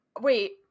wait